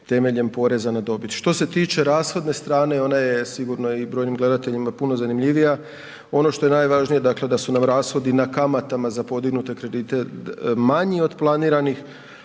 temeljem poreza na dobit. Što se tiče rashodne strane ona je sigurno i brojnim gledateljima i puno zanimljivija, ono što je najvažnije, dakle da su nam rashodi na kamatama za podignute kredite manji od planiranih,